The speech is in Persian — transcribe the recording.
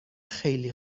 خیلی